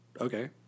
okay